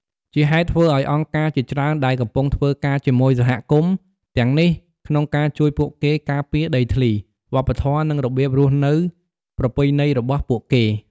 ជាហេតុធ្វើឲ្យអង្គការជាច្រើនដែលកំពុងធ្វើការជាមួយសហគមន៍ទាំងនេះក្នុងការជួយពួកគេការពារដីធ្លី វប្បធម៌ និងរបៀបរស់នៅប្រពៃណីរបស់ពួកគេ។